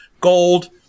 gold